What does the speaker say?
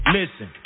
listen